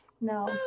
No